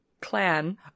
Clan